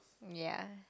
ya